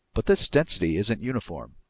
but this density isn't uniform.